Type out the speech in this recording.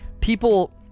people